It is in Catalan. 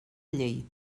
llei